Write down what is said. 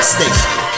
station